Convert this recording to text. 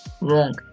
wrong